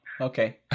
Okay